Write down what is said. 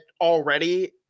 already